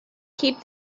keep